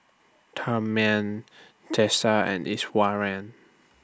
Tharman Teesta and Iswaran